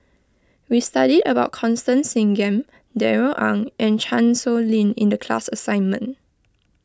we studied about Constance Singam Darrell Ang and Chan Sow Lin in the class assignment